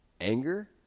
Anger